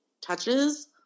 touches